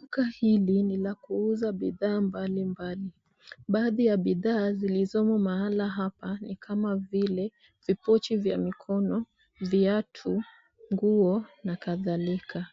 Duka hili ni la kuuza bidhaa mbalimbali. Baadhi ya bidhaa zilizomo mahala hapa ni kama vile vipochi vya mikono, viatu, nguo na kadhalika.